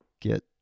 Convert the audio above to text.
get